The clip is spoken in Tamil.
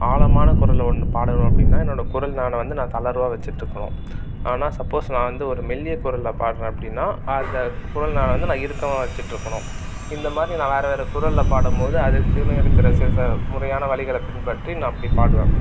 ஆழமான குரலில் ஒன்று பாடணும் அப்படின்னா என்னோடய குரல் நாணம் வந்து நான் தளர்வாக வச்சுட்ருக்கணும் ஆனால் சப்போஸ் நான் வந்து ஒரு மெல்லிய குரலில் பாடுறேன் அப்படின்னா அந்த குரல் நாணம் வந்து இறுக்கமாக வச்சுட்டு இருக்கணும் இந்தமாதிரி நான் வேறு வேறு குரலில் பாடும்போது அதுக்குன்னு இருக்கிற சில பல முறையான வழிகள பின்பற்றி நான் போய் பாடுவேன்